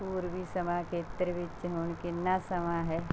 ਪੂਰਬੀ ਸਮਾਂ ਖੇਤਰ ਵਿੱਚ ਹੁਣ ਕਿੰਨਾ ਸਮਾਂ ਹੈ